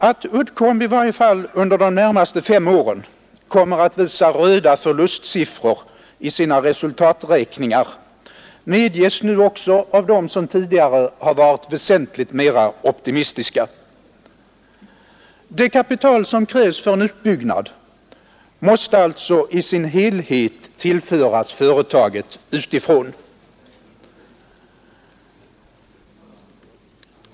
Att Uddcomb i varje fall under de närmaste fem åren kommer att visa röda förlustsiffror i sina resultaträkningar medges nu också av dem som tidigare har varit väsentligt mera optimistiska. Det kapital som krävs för en utbyggnad måste alltså i sin helhet tillföras företaget utifrån.